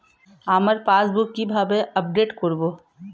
আমার পাসবুক কিভাবে আপডেট করবো?